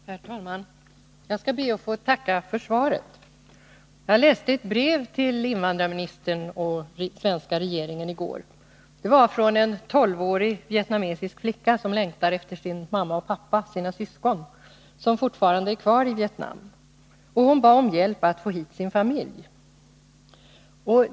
Herr talman! Jag ber att få tacka för svaret. Jag läste i går ett brev till invandrarministern och svenska regeringen. Det var från en tolvårig vietnamesisk flicka, som längtar efter sin mamma och pappa och sina syskon, som fortfarande är kvar i Vietnam. Hon bad om hjälp att få hit sin familj.